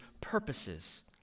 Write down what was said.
purposes